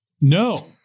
No